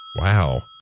Wow